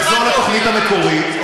נחזור לתוכנית המקורית,